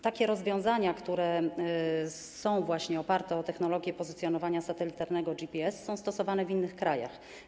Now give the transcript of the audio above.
Takie rozwiązania, które są oparte o technologię pozycjonowania satelitarnego GPS, są stosowane w innych krajach.